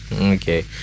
Okay